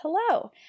Hello